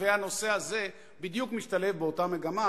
והנושא הזה בדיוק משתלב באותה מגמה.